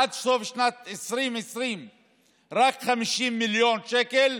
עד סוף שנת 2020 רק 50 מיליון שקל,